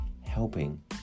helping